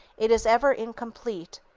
it is ever incomplete,